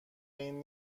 این